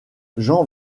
jean